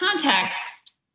context